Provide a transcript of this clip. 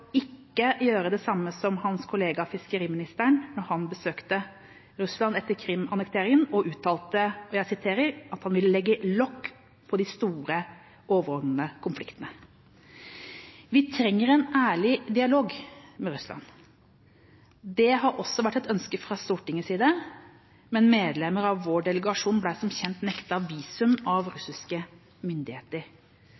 gjøre det samme som hans kollega, fiskeriministeren, gjorde, da han besøkte Russland etter Krim-annekteringen og uttalte at han ville legge lokk på de store, overordnede konfliktene. Vi trenger en ærlig dialog med Russland. Det har også vært et ønske fra Stortingets side, men medlemmer av vår delegasjon ble som kjent nektet visum av